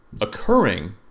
occurring